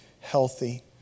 healthy